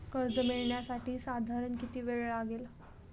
कर्ज मिळविण्यासाठी साधारण किती वेळ लागेल?